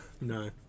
no